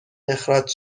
اخراج